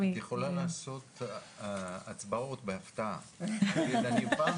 את יכולה לעשות הצבעות בהפתעה --- אז זהו,